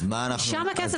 שם הכסף נמצא.